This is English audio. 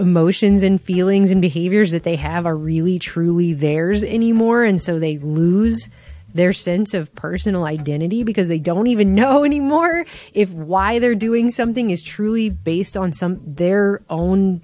emotions and feelings and behaviors that they have are really truly there's anymore and so they lose their sense of personal identity because they don't even know anymore or if why they're doing something is truly based on some their own